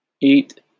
eat